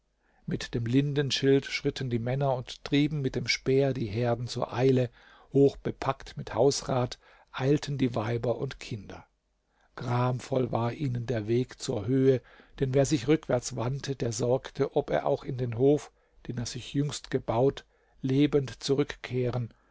mit dem lindenschild schritten die männer und trieben mit dem speer die herden zur eile hochbepackt mit hausrat eilten die weiber und kinder gramvoll war ihnen der weg zur höhe denn wer sich rückwärts wandte der sorgte ob er auch in den hof den er sich jüngst gebaut lebend zurückkehren